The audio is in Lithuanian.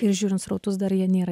ir žiūrint srautus dar jie nėra